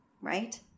right